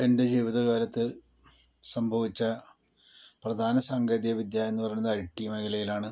എൻ്റെ ജീവിതകാലത്ത് സംഭവിച്ച പ്രധാന സാങ്കേതികവിദ്യ എന്ന് പറയണത് ഐ ടി മേഖലയിലാണ്